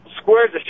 Square's